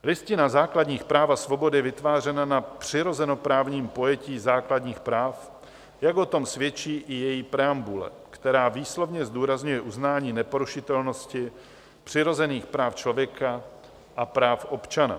Listina základních práv a svobod je vytvářena na přirozenoprávním pojetí základních práv, jak o tom svědčí i její preambule, která výslovně zdůrazňuje uznání neporušitelnosti přirozených práv člověk a práv občana.